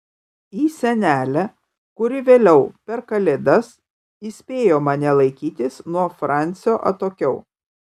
į senelę kuri vėliau per kalėdas įspėjo mane laikytis nuo francio atokiau